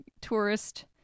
tourist